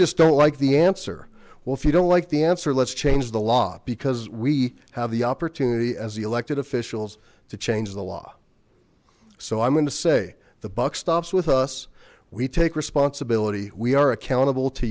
just don't like the answer well if you don't like the answer let's change the law because we have the opportunity as the elected officials to change the law so i'm going to say the buck stops with us we take responsibility we are accountable to